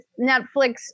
Netflix